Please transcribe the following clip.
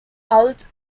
holds